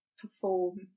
perform